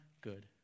good